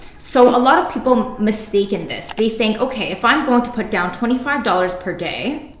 so a lot of people mistaken this. they think, okay, if i am going to put down twenty five dollars per day,